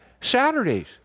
Saturdays